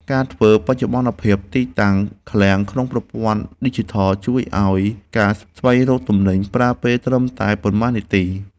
ការធ្វើបច្ចុប្បន្នភាពទីតាំងឃ្លាំងក្នុងប្រព័ន្ធឌីជីថលជួយឱ្យការស្វែងរកទំនិញប្រើពេលត្រឹមតែប៉ុន្មាននាទី។